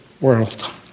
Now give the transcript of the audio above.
world